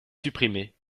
supprimer